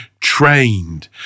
trained